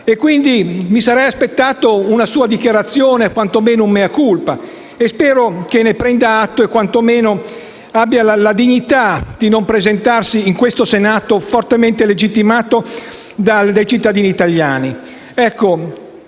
Napolitano. Mi sarei aspettato una sua dichiarazione, quantomeno un *mea culpa*: spero ne prenda atto e che quantomeno abbia la dignità di non presentarsi in questo Senato fortemente legittimato dai cittadini italiani.